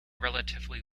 relatively